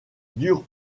dur